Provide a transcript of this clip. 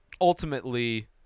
ultimately